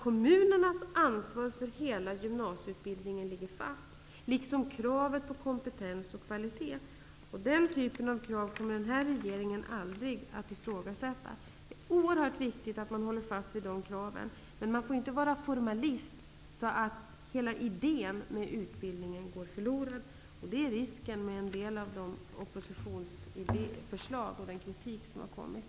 Kommunernas ansvar för hela gymnasieutbildningen ligger fast, liksom kravet på kompetens och kvalitet. Den typen av krav kommer den här regeringen aldrig att ifrågasätta. Det är oerhört viktigt att man håller fast vid dem, men man får inte vara formalist så att hela idén med utbildningen går förlorad. Det är risken med en del av de oppositionsförslag och den kritik som har framförts.